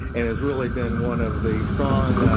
and has really been one of the strong,